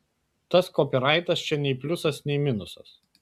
tas kopyraitas čia nei pliusas nei minusas